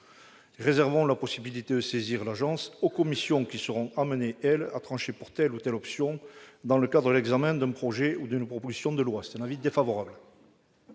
Réservons la possibilité de saisir l'agence aux commissions, qui seront amenées à trancher pour telle ou telle option dans le cadre de l'examen d'un projet ou d'une proposition de loi. J'émets donc un avis défavorable.